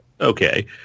okay